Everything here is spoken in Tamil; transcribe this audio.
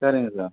சரிங்க சார்